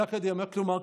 כלומר,